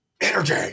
energy